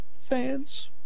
Fans